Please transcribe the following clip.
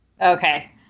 Okay